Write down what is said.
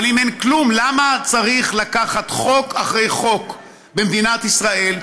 אבל אם אין כלום למה צריך לקחת חוק אחרי חוק במדינת ישראל,